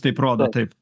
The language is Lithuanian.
taip rodo taip